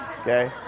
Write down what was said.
Okay